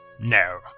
No